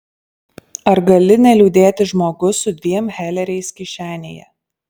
ar gali neliūdėti žmogus su dviem heleriais kišenėje